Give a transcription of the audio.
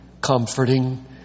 comforting